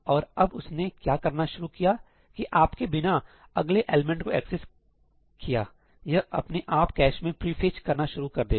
और अब उसने क्या करना शुरू किया कि आपके बिना अगले एलिमेंट को एक्सेस किए यह अपने आप कैश में प्रीफेच करना शुरू कर देगा